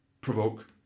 provoke